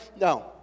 No